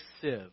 sieve